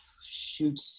shoot